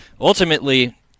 ultimately